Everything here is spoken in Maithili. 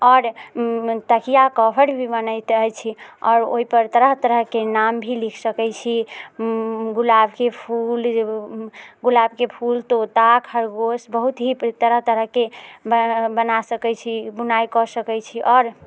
आओर तकिआ कभर भी बनैत अछि आओर ओहि पर तरह तरहके नाम भी लिख सकैत छी गुलाबके फूल गुलाबके फूल तोता खरगोश बहुत ही तरह तरहके बना सकैत छी बुनाइ कऽ सकैत छी और आओर